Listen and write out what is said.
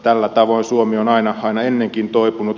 tällä tavoin suomi on aina ennenkin toipunut